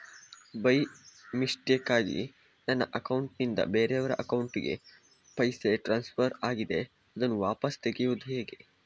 By ಮಿಸ್ಟೇಕಾಗಿ ನನ್ನ account ನಿಂದ ಬೇರೆಯವರ ಅಕೌಂಟ್ ಗೆ ಪೈಸೆ ಟ್ರಾನ್ಸ್ಫರ್ ಆಗಿದೆ ಅದನ್ನು ವಾಪಸ್ ತೆಗೆಯೂದು ಹೇಗೆ?